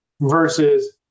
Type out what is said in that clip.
versus